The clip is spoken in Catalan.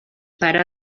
pare